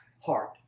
heart